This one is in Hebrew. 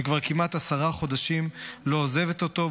שכבר כמעט עשרה חודשים לא עוזבת אותו,